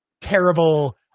terrible